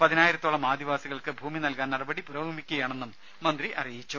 പതിനായിരത്തോളം ആദിവാസികൾക്ക് ഭൂമിനൽകാൻ നടപടികൾ പുരോഗമിക്കുകയാണെന്നും മന്ത്രി അറിയിച്ചു